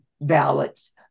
ballots